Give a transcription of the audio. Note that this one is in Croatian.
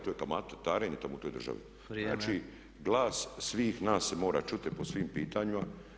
To je kamatarenje tamo u toj državi [[Upadica Tepeš: Vrijeme.]] Znači, glas svih nas se mora čuti po svim pitanjima.